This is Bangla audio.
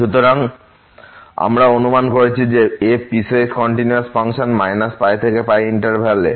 সুতরাং আমরা অনুমান করেছি যে f পিসওয়াইস কন্টিনিউয়াস ফাংশন π π এই ব্যবধানএ